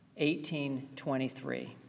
1823